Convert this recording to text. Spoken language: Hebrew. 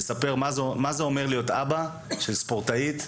לספר מה זה אומר להיות אבא של ספורטאית.